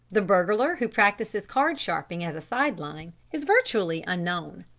the burglar who practises card-sharping as a side-line, is virtually unknown.